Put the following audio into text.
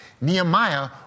Nehemiah